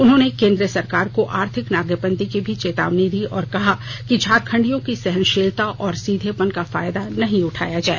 उन्होंने केन्द्र सरकार को आर्थिक नाकेबंदी की भी चेतावनी दी और कहा कि झारखंडियों की सहनशीलता और सीधेपन का फायदा नहीं उठाया जाए